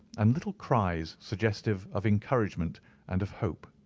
um little cries suggestive of encouragement and of hope.